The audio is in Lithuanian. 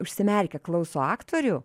užsimerkę klauso aktorių